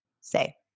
say